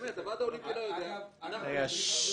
באמת, הוועד האולימפי לא יודע, אנחנו --- סליחה.